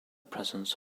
presence